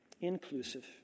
Inclusive